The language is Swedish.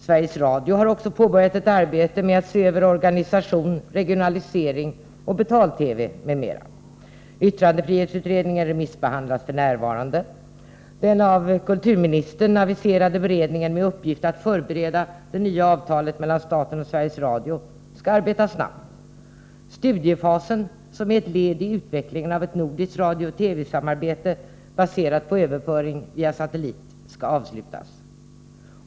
Sveriges Radio har också påbörjat ett arbete med att se över organisation, regionalisering och betal-TV m.m. Yttrandefrihetsutredningens betänkande remissbehandlas f.n. Den av kulturministern aviserade beredningen med uppgift att förbereda det nya avtalet mellan staten och Sveriges Radio skall arbeta snabbt. Studiefasen, som är ett led i utvecklingen av ett nordiskt radiooch TV-samarbete baserat på överföring via satellit, skall avslutas.